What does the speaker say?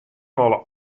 wolle